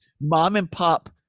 mom-and-pop